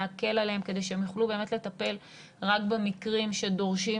להקל עליהם כדי שהם יוכלו באמת לטפל רק במקרים שדורשים